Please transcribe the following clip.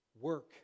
work